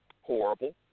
horrible